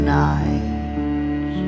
night